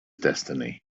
destiny